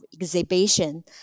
exhibition